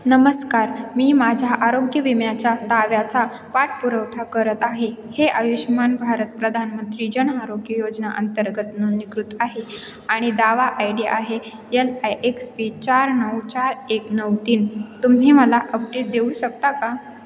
नमस्कार मी माझ्या आरोग्य विम्याच्या दाव्याचा पाठपुरवठा करत आहे हे आयुष्मान भारत प्रधानमंत्री जन आरोग्य योजना अंतर्गत नोंदणीकृत आहे आणि दावा आय डी आहे एल आय एक्स पी चार नऊ चार एक नऊ तीन तुम्ही मला अपडेट देऊ शकता का